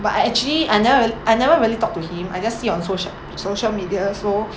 but I actually I never rea~ I never really talk to him I just see on social social media so